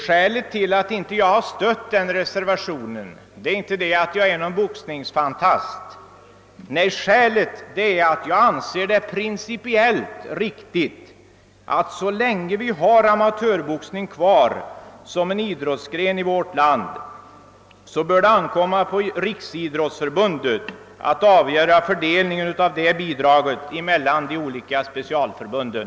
Skälet till att jag inte har anslutit mig till den reservationen är inte att jag är någon boxningsfantast. Nej, skälet är att jag anser det principiellt riktigt att vi, så länge vi har amatörboxning kvar som en idrottsgren i vårt land, överlämnar till Riksidrottsförbundet att avgöra fördelningen av detta bidrag emellan de olika specialförbunden.